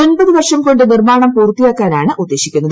ഒൻപത് വർഷം കൊണ്ട് നിർമ്മാണം പൂർത്തിയാക്കാനാണ് ഉദ്ദേശിക്കുന്നത്